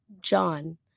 John